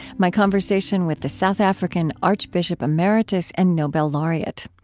my conversation with the south african archbishop emeritus and nobel laureate.